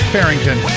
Farrington